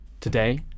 today